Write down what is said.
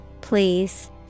Please